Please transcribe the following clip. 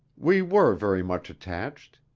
we were very much attached.